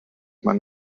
man